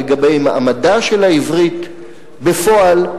לגבי מעמדה של העברית בפועל,